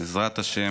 בעזרת השם,